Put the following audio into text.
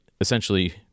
essentially